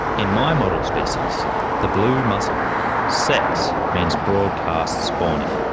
in my model species the blue mussel sex means broadcast spawning.